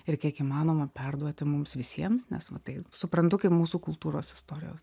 ir kiek įmanoma perduoti mums visiems nes va tai suprantu kaip mūsų kultūros istorijos